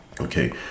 Okay